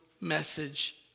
message